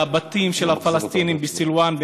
על הבתים של הפלסטינים בסלוואן,